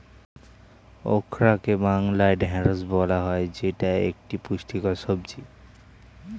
ওকরাকে বাংলায় ঢ্যাঁড়স বলা হয় যেটা একটি পুষ্টিকর সবজি